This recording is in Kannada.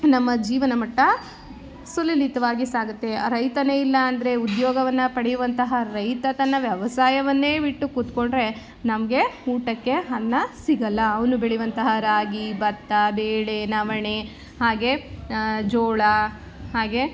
ನಮ್ಮ ಜೀವನ ಮಟ್ಟ ಸುಲಲಿತವಾಗಿ ಸಾಗುತ್ತೆ ರೈತನೇ ಇಲ್ಲಾಂದರೆ ಉದ್ಯೋಗವನ್ನು ಪಡಿಯುವಂತಹ ರೈತ ತನ್ನ ವ್ಯವಸಾಯವನ್ನೇ ಬಿಟ್ಟು ಕೂತ್ಕೊಂಡರೆ ನಮಗೆ ಊಟಕ್ಕೆ ಅನ್ನ ಸಿಗೋಲ್ಲ ಅವನು ಬೆಳೆಯುವಂತಹ ರಾಗಿ ಭತ್ತ ಬೇಳೆ ನವಣೆ ಹಾಗೆ ಜೋಳ ಹಾಗೆ